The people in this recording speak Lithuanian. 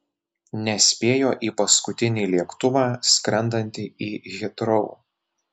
nespėjo į paskutinį lėktuvą skrendantį į hitrou